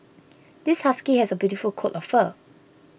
this husky has a beautiful coat of fur